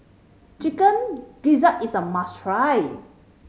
Chicken Gizzard is a must try